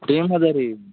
team ಅದ ರೀ